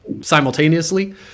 simultaneously